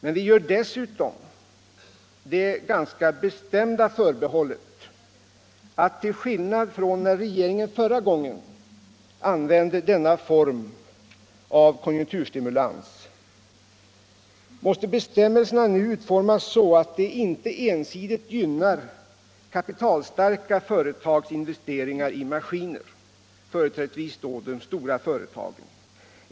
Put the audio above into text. Men vi gör dessutom det ganska bestämda förbehållet att, till skillnad från när regeringen förra gången använde denna form av konjunkturstimulans, måste bestämmelserna nu utformas så att de inte ensidigt gynnar kapitalstarka företags investeringar i maskiner, företrädesvis då de stora företesen.